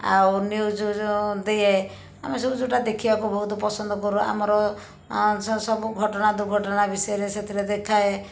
ଆଉ ନିଉଜ୍ ଯେଉଁ ଦିଏ ଆମେ ସବୁ ସେଇଟା ଦେଖିବାକୁ ବହୁତ ପସନ୍ଦ କରୁ ଆମର ଆଁ ସ ସବୁ ଘଟଣା ଦୁର୍ଘଟଣା ବିଷୟରେ ସେଥିରେ ଦେଖାଏ